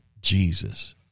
Jesus